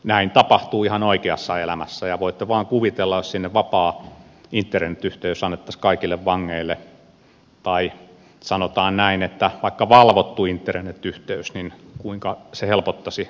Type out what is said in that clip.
näin tapahtuu ihan oikeassa elämässä ja voitte vain kuvitella jos sinne vapaa internet yhteys annettaisiin kaikille vangeille tai sanotaan näin vaikka valvottu internet yhteys kuinka se helpottaisi rikollista toimintaa